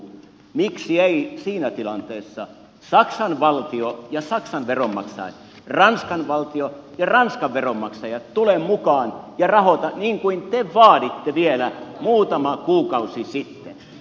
miksi eivät siinä tilanteessa saksan valtio ja saksan veronmaksajat ranskan valtio ja ranskan veronmaksajat tule mukaan ja rahoita niin kuin te vaaditte vielä muutama kuukausi sitten